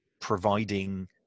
providing